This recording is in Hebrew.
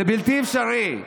זה בלתי אפשרי.